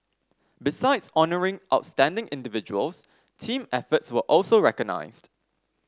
besides honouring outstanding individuals team efforts were also recognised